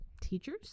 Teachers